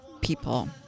people